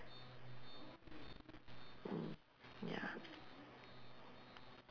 mm ya